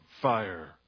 fire